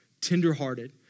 tenderhearted